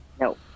No